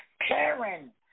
Karen